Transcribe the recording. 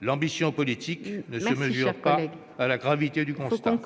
L'ambition politique ne se mesure pas à la gravité du constat.